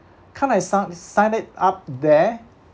can I sta~ sign it up there